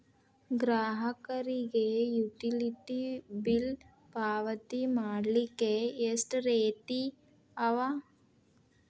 ಗ್ರಾಹಕರಿಗೆ utility bill ಪಾವತಿ ಮಾಡ್ಲಿಕ್ಕೆ ಎಷ್ಟ ರೇತಿ ಅವ?